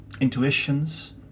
intuitions